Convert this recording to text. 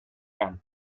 and